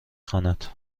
خواند